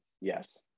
Yes